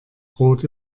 rot